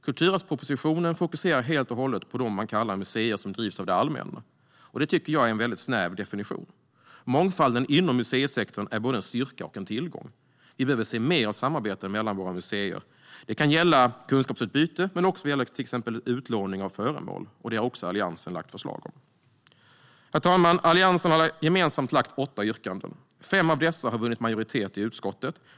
Kulturarvspropositionen fokuserar helt och hållet på det man kallar museer som drivs av det allmänna. Det tycker jag är en väldigt snäv definition. Mångfalden inom museisektorn är både en styrka och en tillgång. Vi behöver se mer av samarbeten mellan våra museer. Det kan gälla kunskapsutbyte, men också exempelvis utlåning av föremål. Detta har också Alliansen lagt förslag om. Herr talman! Alliansen har åtta gemensamma yrkanden. Fem av dessa har vunnit majoritet i utskottet.